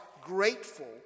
grateful